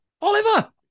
oliver